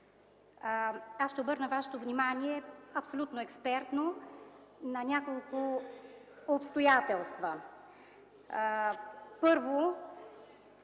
Ще обърна вашето внимание, абсолютно експертно, на няколко обстоятелства. Първо,